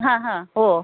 ಹಾಂ ಹಾಂ ಓಹ್